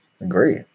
agree